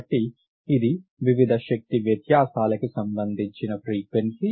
కాబట్టి ఇది వివిధ శక్తి వ్యత్యాసాలకు సంబంధించిన ఫ్రీక్వెన్సీ